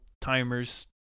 timers